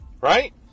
right